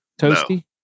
toasty